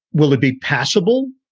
will it be passable?